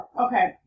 Okay